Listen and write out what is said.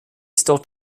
still